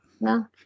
No